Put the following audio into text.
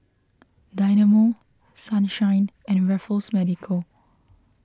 Dynamo Sunshine and Raffles Medical